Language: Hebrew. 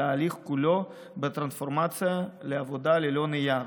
ההליך כולו בטרנספורמציה לעבודה ללא נייר.